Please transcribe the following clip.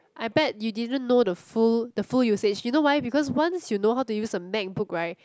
I bet you didn't know the full the full usage you know why because once you know how to use a MacBook right